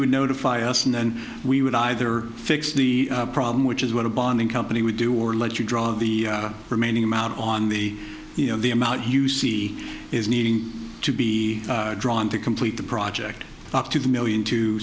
would notify us and then we would either fix the problem which is what a bonding company would do or let you draw the remaining amount on the you know the amount you see is needing to be drawn to complete the project up to the million to